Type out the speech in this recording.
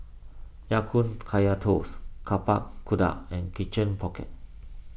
Ya Kun Kaya Toast Tapak Kuda and Chicken Pocket